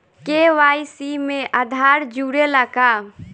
KYC में आधार जुड़े ला का?